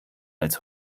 als